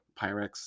Pyrex